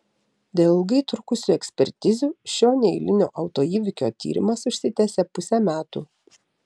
dėl ilgai trukusių ekspertizių šio neeilinio autoįvykio tyrimas užsitęsė pusę metų